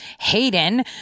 Hayden